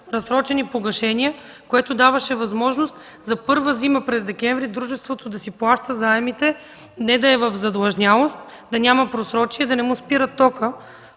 разсрочени погашения, което даде възможност за първи път – през декември, дружеството да си плаща заемите, да не е в задлъжнялост, да няма просрочия, да не му спират тока,